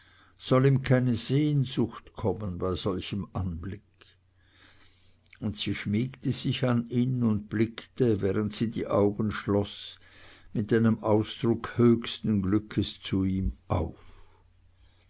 soll ihm keine sehnsucht kommen bei solchem anblick und sie schmiegte sich an ihn und blickte während sie die augen schloß mit einem ausdruck höchsten glückes zu ihm auf